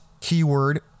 keyword